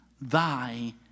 thy